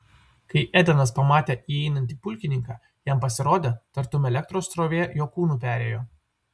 kai edenas pamatė įeinantį pulkininką jam pasirodė tartum elektros srovė jo kūnu perėjo